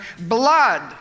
blood